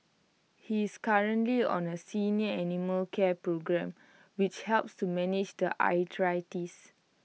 he's currently on A senior animal care programme which helps to manage the arthritis